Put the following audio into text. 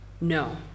No